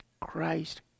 Christ